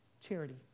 charity